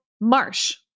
Marsh